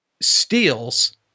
steals